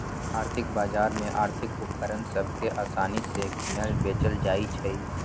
आर्थिक बजार में आर्थिक उपकरण सभ के असानि से किनल बेचल जाइ छइ